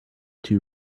two